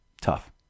Tough